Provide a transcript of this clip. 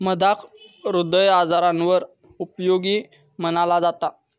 मधाक हृदय आजारांवर उपयोगी मनाला जाता